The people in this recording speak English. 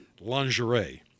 lingerie